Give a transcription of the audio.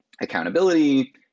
accountability